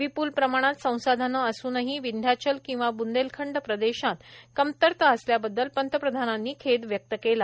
विप्ल प्रमाणात संसाधने असूनही विंध्याचल किंवा ब्ंदेलखंड प्रदेशात कमतरता असल्याबद्दल पंतप्रधांनानी खेद व्यक्त केला